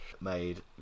made